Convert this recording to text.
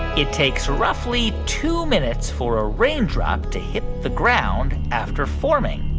it takes roughly two minutes for a raindrop to hit the ground after forming?